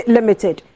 Limited